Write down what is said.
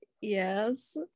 Yes